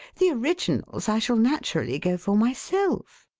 the originals i shall naturally go for myself.